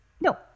No